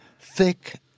thick